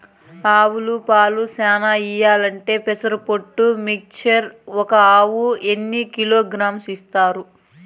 ఆవులు పాలు చానా ఇయ్యాలంటే పెసర పొట్టు మిక్చర్ ఒక ఆవుకు ఎన్ని కిలోగ్రామ్స్ ఇస్తారు?